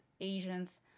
Asians